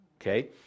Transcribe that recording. Okay